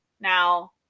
now